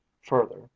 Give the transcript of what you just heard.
Further